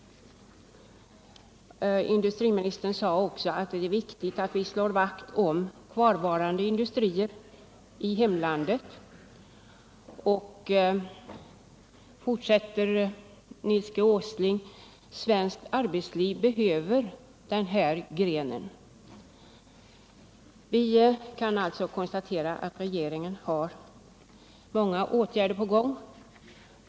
Industriministern sade också att det är viktigt att vi slår vakt om kvarvarande industrier i hemlandet. Och, fortsatte Nils G Åsling, svenskt arbetsliv behöver den här grenen. Vi kan alltså konstatera att regeringen har många åtgärder på gång.